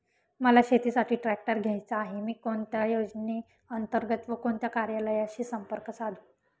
मला शेतीसाठी ट्रॅक्टर घ्यायचा आहे, मी कोणत्या योजने अंतर्गत व कोणत्या कार्यालयाशी संपर्क साधू?